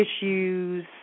issues